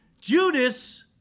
Judas